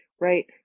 right